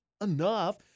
Enough